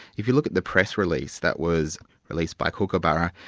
if you look at the press release that was released by kookaburra,